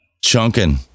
chunking